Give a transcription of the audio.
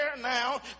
now